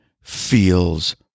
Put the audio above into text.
feels